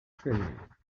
treasure